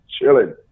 chilling